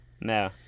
No